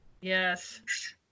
Yes